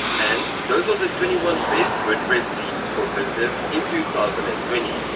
and those are the twenty one best wordpress themes for business in two thousand and twenty.